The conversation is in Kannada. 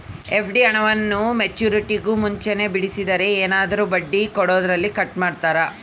ಎಫ್.ಡಿ ಹಣವನ್ನು ಮೆಚ್ಯೂರಿಟಿಗೂ ಮುಂಚೆನೇ ಬಿಡಿಸಿದರೆ ಏನಾದರೂ ಬಡ್ಡಿ ಕೊಡೋದರಲ್ಲಿ ಕಟ್ ಮಾಡ್ತೇರಾ?